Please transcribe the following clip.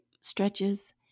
stretches